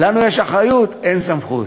לנו יש אחריות, אין סמכות.